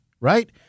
right